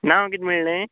नांव कितें म्हणलें